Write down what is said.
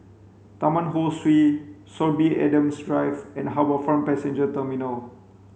Taman Ho Swee Sorby Adams Drive and HarbourFront Passenger Terminal